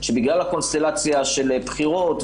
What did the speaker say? שבגלל הקונסטלציה של בחירת,